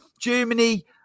Germany